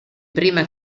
prima